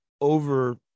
over